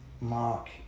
Mark